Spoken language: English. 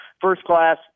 first-class